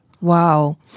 Wow